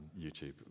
YouTube